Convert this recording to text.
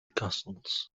castles